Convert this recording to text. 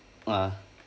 (uh huh)